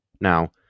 Now